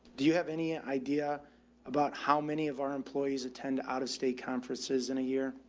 do you have any idea about how many of our employees attend out of state conferences in a year?